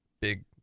big